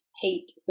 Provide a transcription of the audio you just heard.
hate